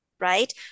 Right